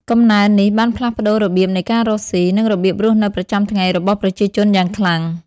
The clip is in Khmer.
កំណើននេះបានផ្លាស់ប្ដូររបៀបនៃការរកស៊ី និងរបៀបរស់នៅប្រចាំថ្ងៃរបស់ប្រជាជនយ៉ាងខ្លាំង។